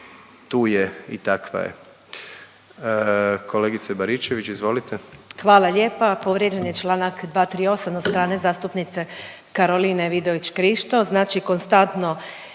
to je i takva je. Kolegice Baričević izvolite. **Baričević, Danica (HDZ)** Hvala lijepa. Povrijeđen je čl. 238 od strane zastupnice Karoline Vidović Krišto. Znači konstantno